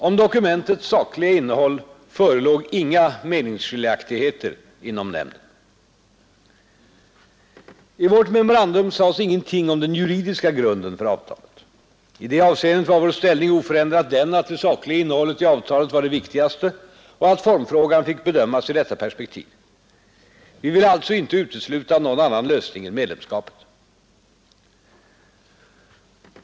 Om dokumentets sakliga innehåll förelåg inga meningsskiljaktigheter inom nämnden. I vårt memorandum sades ingenting om den juridiska grunden för avtalet. I det avseendet var vår inställning oförändrat den att det sakliga innehållet i avtalet var det viktigaste och att formfrågan fick bedömas i detta perspektiv. Vi ville alltså inte utesluta någon annan lösning än medlemskapet.